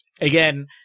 again